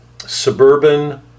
suburban